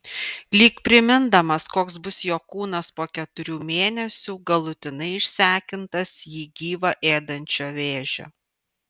lyg primindamas koks bus jo kūnas po keturių mėnesių galutinai išsekintas jį gyvą ėdančio vėžio